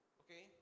okay